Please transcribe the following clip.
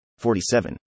47